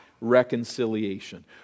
reconciliation